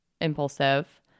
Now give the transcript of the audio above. impulsive